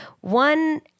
one